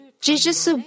Jesus